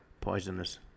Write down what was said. poisonous